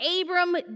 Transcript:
Abram